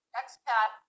expat